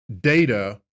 data